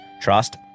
trust